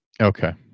Okay